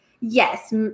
Yes